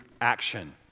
action